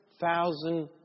thousand